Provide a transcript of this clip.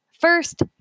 First